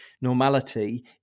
normality